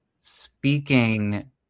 speaking